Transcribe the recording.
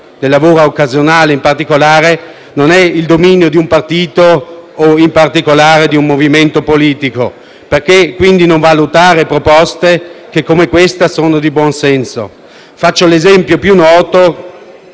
del lavoro occasionale, in particolare, non è il dominio di un partito o in particolare di un movimento politico. Perché, quindi, non valutare proposte che, come questa, sono di buon senso? Faccio l'esempio più noto,